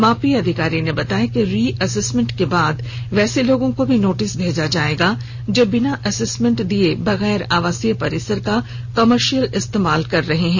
मापी अधिकारी ने बताया कि री असेस्मेंट के बाद वैसे लोगों को भी नोटिस भेजा जाएगा जो बिना असेस्मेंट दिए बगैर आवासीय परिसर का कॉमर्शियल इस्तेमाल कर रहे है